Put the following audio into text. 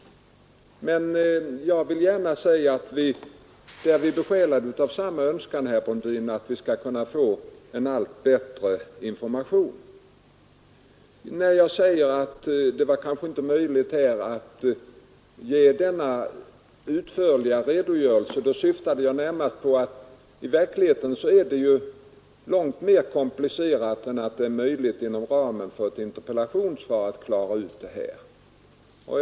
Men jag vill gärna säga att vi är besjälade av samma önskan, herr Brundin, att vi skall få en allt bättre information. När jag säger att det kanske inte är möjligt att ge denna utförliga redogörelse här i dag, syftade jag närmast på att verkligheten är långt mer komplicerad än att det är möjligt att inom ramen för ett interpellationssvar klara ut de här sakerna.